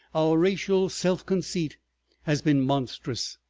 our racial self-conceit has been monstrous.